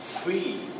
free